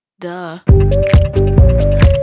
Duh